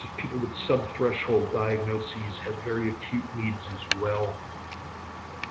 people with sub-threshold diagnoses have very acute needs as well